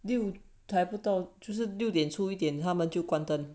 六才不到就是六点出一点他们就关灯